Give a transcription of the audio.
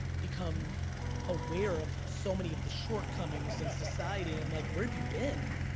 become aware of so many of the shortcomings in society, and i'm like, where have you been?